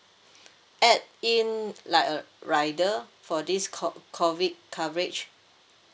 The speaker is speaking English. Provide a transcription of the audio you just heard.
add in like a rider for this co~ COVID coverage